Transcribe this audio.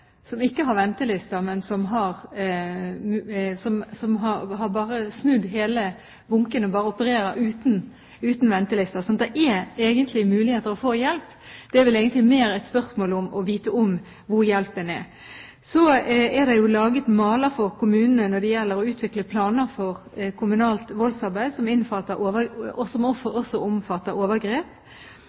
som ikke har ventelister, men som bare har snudd hele bunken og opererer uten ventelister. Så det er egentlig muligheter til å få hjelp. Det er vel mer et spørsmål om å vite om hvor hjelpen er. Så er det laget maler for kommunene når det gjelder å utvikle planer for kommunalt voldsarbeid som også omfatter overgrep.